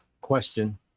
question